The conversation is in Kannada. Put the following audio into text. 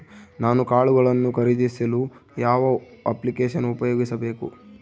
ನಾನು ಕಾಳುಗಳನ್ನು ಖರೇದಿಸಲು ಯಾವ ಅಪ್ಲಿಕೇಶನ್ ಉಪಯೋಗಿಸಬೇಕು?